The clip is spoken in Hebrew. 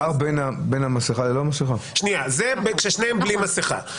זה כששניהם בלי מסכה.